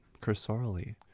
cursorily